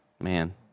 Man